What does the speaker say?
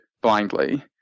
blindly